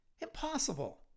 Impossible